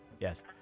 yes